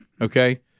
okay